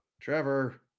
Trevor